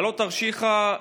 מעלות-תרשיחא,